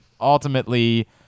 ultimately